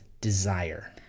desire